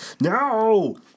No